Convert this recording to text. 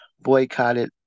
boycotted